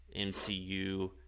MCU